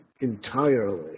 entirely